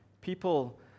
people